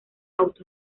autos